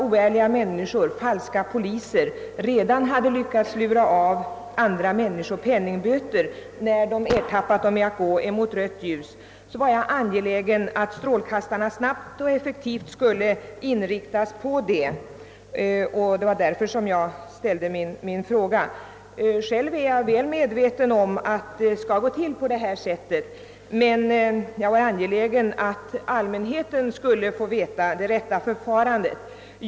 Oärliga människor, falska poliser hade redan lyckats lura av andra människor penningböter, när vederbörande ertappats med att gå mot rött ljus. Jag var angelägen att strålkastarna snabbt och effektivt skulle inriktas på denna företeelse, och det var därför jag ställde min fråga. Själv är jag väl medveten om hur det hela skall gå till, men jag ansåg att allmänheten skulle få reda på det rätta förfarandet.